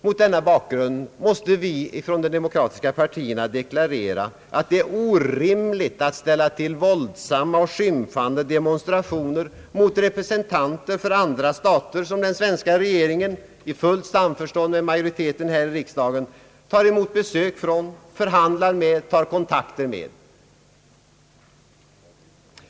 Mot denna bakgrund måste vi från de demokratiska partierna deklarera att det är orimligt att ställa till våldsamma och skymfande demonstrationer mot representanter för andra stater, som den svenska regeringen i fullt samförstånd med riksdagens majoritet tar emot besök från, förhandlar med och tar kontakter med.